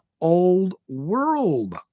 old-world